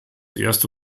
erste